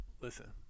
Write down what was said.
listen